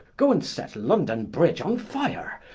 go and set london bridge on fire,